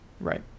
Right